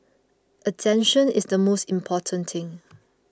attention is the most important thing